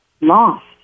Lost